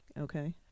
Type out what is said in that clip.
Okay